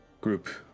group